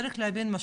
צריך להבין משמעות.